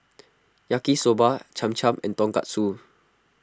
Yaki Soba Cham Cham and Tonkatsu